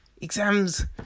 exams